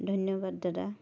ধন্যবাদ দাদা